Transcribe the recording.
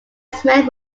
smith